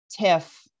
TIFF